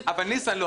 ודאי שאני מאמין.